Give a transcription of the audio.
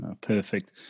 Perfect